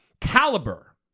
caliber